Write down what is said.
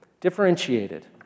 differentiated